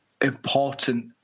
important